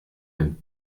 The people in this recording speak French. même